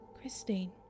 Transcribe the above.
Christine